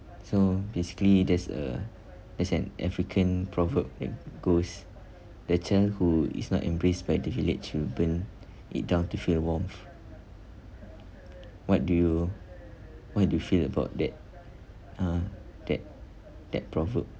so basically there's a there's an african proverb goes the child who is not embraced by the village will burn it down to feel warmth what do you what do you feel about that uh that that proverb